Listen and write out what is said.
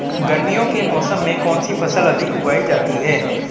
गर्मियों के मौसम में कौन सी फसल अधिक उगाई जाती है?